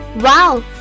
Wow